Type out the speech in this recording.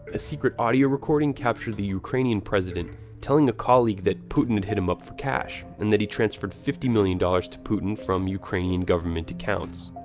a secret audio recording captured the ukrainian president telling a colleague that putin had hit him up for cash and that he transferred fifty million dollars to putin from ukrainian government accounts.